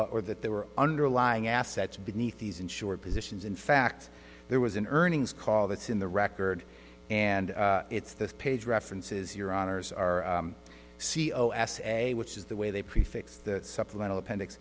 amounts or that there were underlying assets beneath these insured positions in fact there was an earnings call that's in the record and it's this page references your honour's r c o s a which is the way they prefix the supplemental appendix